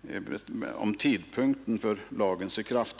vid vilken tidpunkt lagen skall träda i kraft.